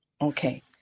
Okay